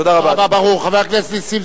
תודה רבה, אדוני.